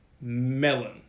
Melon